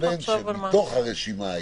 תהיה